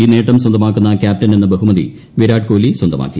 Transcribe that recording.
ഈ നേട്ടം സ്വന്തമാക്കുന്ന കൃാപ്റ്റനെന്ന ബഹുമതി വിരാട് കോഹ്ലി സ്വന്തമാക്കി